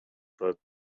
third